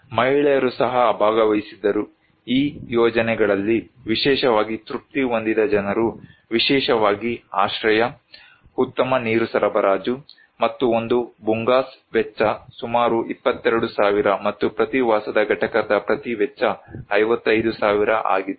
ಮಹಿಳೆಯರು ಸಹ ಭಾಗವಹಿಸಿದ್ದರು ಈ ಯೋಜನೆಗಳಲ್ಲಿ ವಿಶೇಷವಾಗಿ ತೃಪ್ತಿ ಹೊಂದಿದ ಜನರು ವಿಶೇಷವಾಗಿ ಆಶ್ರಯ ಉತ್ತಮ ನೀರು ಸರಬರಾಜು ಮತ್ತು ಒಂದು ಭೂಂಗಾಸ್ ವೆಚ್ಚ ಸುಮಾರು 22000 ಮತ್ತು ಪ್ರತಿ ವಾಸದ ಘಟಕದ ಪ್ರತಿ ವೆಚ್ಚ 55000 ಆಗಿತ್ತು